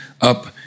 up